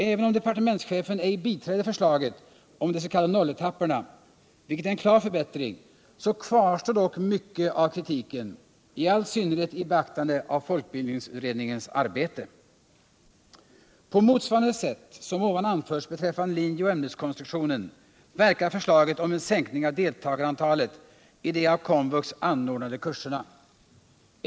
Även om departementschefen ej biträder förslaget om de s.k. 0-etapperna, vilket är en klar förbättring, så kvarstår dock mycket av kritiken — i all synnerhet i beaktande av folkbildningsutredningens arbete. På motsvarande sätt som ovan anförts beträffande linjeoch ämneskonstruktionen verkar förslaget om en sänkning av deltagarantalet i de av Komvux anordnade kurserna.